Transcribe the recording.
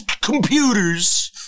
computers